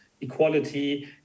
equality